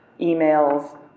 emails